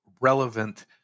relevant